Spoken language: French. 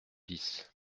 bis